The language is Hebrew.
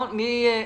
בבקשה.